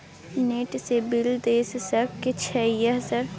Net से bill देश सक छै यह सर?